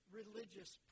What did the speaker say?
religious